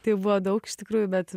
tai buvo daug iš tikrųjų bet